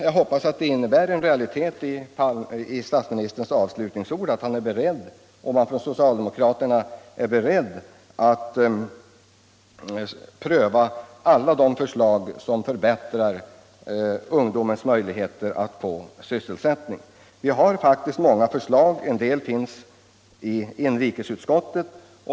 Jag hoppas att statsministerns avslutningsord innebär en realitet och att han och socialdemokraterna är beredda att pröva alla förslag som förbättrar ungdomens möjligheter att få bättre sysselsättning. Vi har faktiskt ställt många förslag när det gäller ungdomsarbetslösheten. En del behandlas i inrikesutskottet.